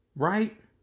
Right